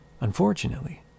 Unfortunately